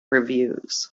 reviews